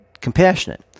compassionate